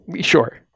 Sure